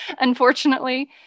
Unfortunately